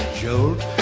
jolt